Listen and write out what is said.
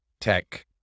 tech